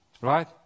right